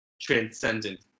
transcendent